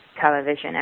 television